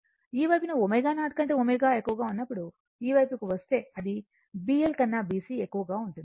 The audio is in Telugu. ఈ వైపున ω0 కంటే ω ఎక్కువగా ఉన్నప్పుడు ఈ వైపుకు వస్తే అది BL కన్నా BC ఎక్కువగా ఉంటుంది